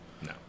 No